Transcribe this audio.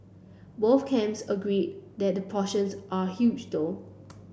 both camps agree that portions are huge though